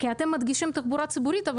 כי אתם מדגישים תחבורה ציבורית,